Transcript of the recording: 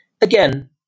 Again